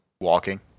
Walking